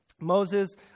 Moses